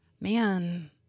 man